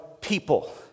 people